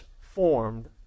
formed